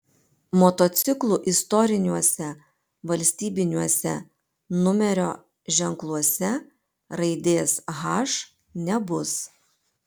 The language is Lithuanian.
motociklų istoriniuose valstybiniuose numerio ženkluose raidės h nebus